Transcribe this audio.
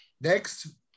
Next